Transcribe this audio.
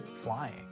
flying